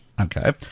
Okay